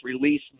release